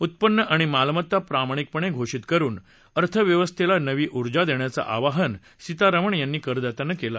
उत्पन्न आणि मालमत्ता प्रामाणिकपणे घोषित करून अर्थव्यवस्थेला नवी ऊर्जा देण्याचं आवाहन सीतारमण यांनी करदात्यांना केलं